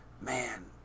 Man